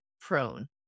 prone